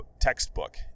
textbook